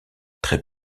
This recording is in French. très